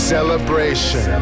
Celebration